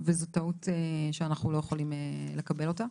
וזאת טעות שאנחנו לא יכולים לקבל אותה.